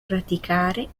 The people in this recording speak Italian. praticare